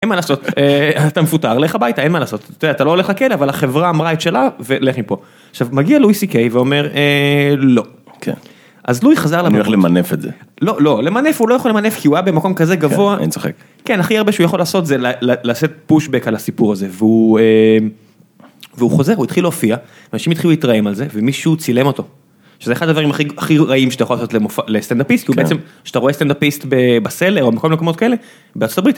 אין מה לעשות. אתה מפוטר לך הביתה, אין מה לעשות, אתה לא הולך לכלא, אבל החברה אמרה את שלה ולך מפה. עכשיו מגיע לואיסי-קיי ואומר לא. אז לואי חזר לבית. אני הולך למנף את זה. לא, לא, למנף הוא לא יכול למנף, כי הוא היה במקום כזה גבוה. כן, אני צוחק. כן, הכי הרבה שהוא יכול לעשות זה, זה לעשות פושבק על הסיפור הזה, והוא, והוא חוזר, הוא התחיל להופיע, אנשים התחילו להתרעם על זה ומישהו צילם אותו. שזה אחד הדברים הכי רעים שאתה יכול לעשות לסטנדאפיסט, כי הוא בעצם, כשאתה רואה סטנדאפיסט בסלר או בכל מקומות כאלה, בארצות הברית...